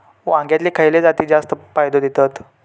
वांग्यातले खयले जाती जास्त फायदो देतत?